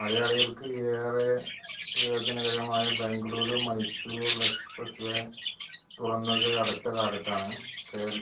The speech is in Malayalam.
മലയാളികള്ക്ക് ഏറെ പ്രയോജനകരമായ ബംഗ്ലുരും മൈസൂര് എക്പ്രസ് വേ തുറന്നത് അടുത്ത കാലത്താണ് കേ